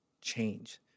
change